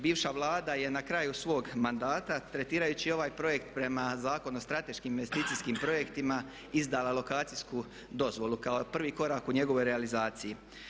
Bivša Vlada je na kraju svog mandata tretirajući ovaj projekt prema Zakonu o strateškim investicijskim projektima izdala lokacijsku dozvolu kao prvi korak u njegovoj realizaciji.